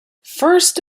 first